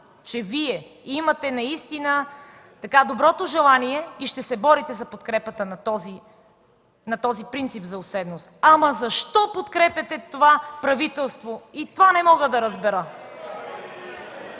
че Вие имате наистина доброто желание и ще се борите за подкрепата на принципа за уседналост. Защо обаче подкрепяте това правителство? Това не мога да разбера.